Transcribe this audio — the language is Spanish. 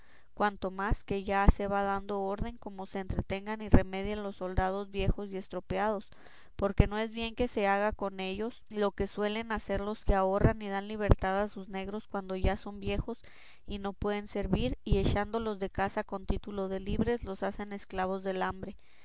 cuanto más que ya se va dando orden cómo se entretengan y remedien los soldados viejos y estropeados porque no es bien que se haga con ellos lo que suelen hacer los que ahorran y dan libertad a sus negros cuando ya son viejos y no pueden servir y echándolos de casa con título de libres los hacen esclavos de la hambre